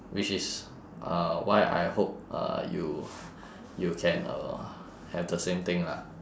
which is uh why I hope uh you you can uh have the same thing lah